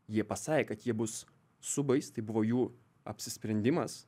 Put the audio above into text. jie pasakė kad jie bus subais tai buvo jų apsisprendimas